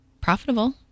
profitable